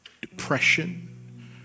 depression